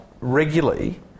regularly